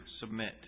submit